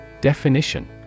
Definition